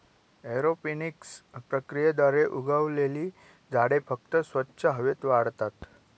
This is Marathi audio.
एरोपोनिक्स प्रक्रियेद्वारे उगवलेली झाडे फक्त स्वच्छ हवेत वाढतात